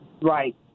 right